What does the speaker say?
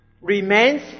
remains